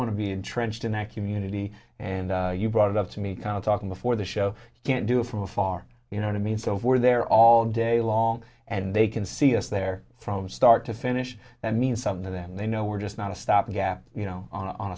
want to be entrenched in that community and you brought it up to me kind of talking before the show can't do from afar you know what it means over there all day long and they can see us there from start to finish that means something to them they know we're just not a stopgap you know on